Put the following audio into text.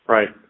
Right